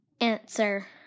answer